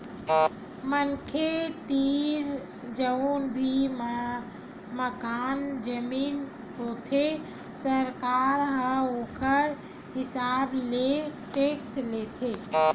मनखे तीर जउन भी मकान, जमीन होथे सरकार ह ओखर हिसाब ले टेक्स लेथे